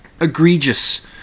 egregious